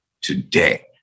today